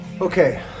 Okay